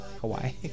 Hawaii